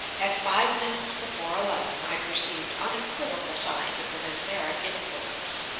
at five minutes before eleven i perceived unequivocal signs of the mesmeric influence.